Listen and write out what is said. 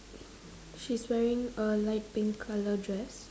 she's wearing a light pink colour dress